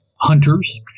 hunters